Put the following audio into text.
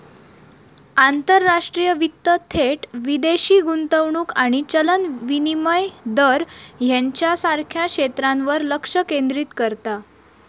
आंतरराष्ट्रीय वित्त थेट विदेशी गुंतवणूक आणि चलन विनिमय दर ह्येच्यासारख्या क्षेत्रांवर लक्ष केंद्रित करता